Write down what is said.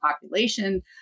population